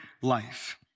life